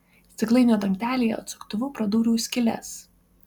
stiklainio dangtelyje atsuktuvu praduriu skyles